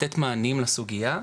לתת מענים לסוגייה.